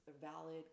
valid